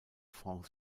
france